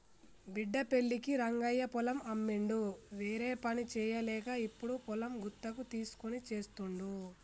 బిడ్డ పెళ్ళికి రంగయ్య పొలం అమ్మిండు వేరేపని చేయలేక ఇప్పుడు పొలం గుత్తకు తీస్కొని చేస్తుండు